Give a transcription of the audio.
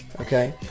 Okay